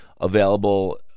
available